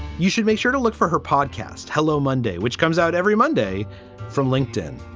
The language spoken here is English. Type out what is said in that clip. you should make sure to look for her podcast. hello, monday, which comes out every monday from linkedin.